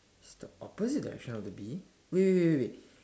it's the opposite direction of the bee wait wait wait wait